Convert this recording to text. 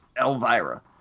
Elvira